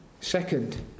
Second